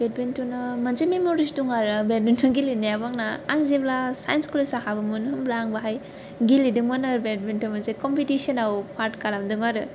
बेडमिन्टना मोनसे मेमरिस दं आरो बेडमिन्टन गेलेनायाबो आंना आं जेब्ला साइन्स कलेजाव हाबोमोन होमब्ला आं बाहाय गेलेदोंमोन आरो बेडमिन्टन मोनसे कम्पिटिसनाव पार्ट खालामदोंमोन आरो